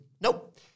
Nope